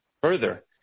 Further